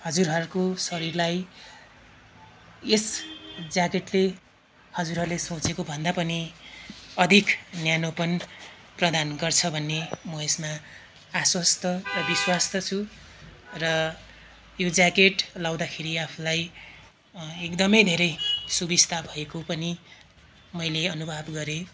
हजुरहरूको शरीरलाई यस ज्याकेटले हजुरहरूले सोचेकोभन्दा पनि अधिक न्यानोपन प्रदान गर्छ भन्ने म यसमा आश्वस्त विश्वस्त छु र यो ज्याकेट लगाउँदाखेरि आफूलाई एकदमै धेरै सुविस्ता भएको पनि मैले अनुभव गरेँ